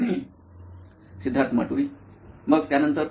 सिद्धार्थ माटुरी मुख्य कार्यकारी अधिकारी नॉइन इलेक्ट्रॉनिक्स मग त्यानंतर